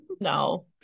no